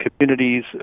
communities